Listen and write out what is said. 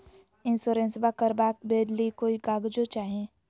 इंसोरेंसबा करबा बे ली कोई कागजों चाही?